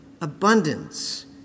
abundance